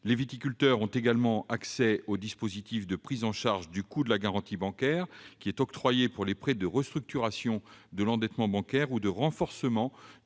Les viticulteurs ont également accès au dispositif de prise en charge du coût de la garantie bancaire octroyée pour les prêts de restructuration de l'endettement bancaire ou de renforcement